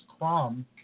Krom